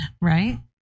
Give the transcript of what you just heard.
Right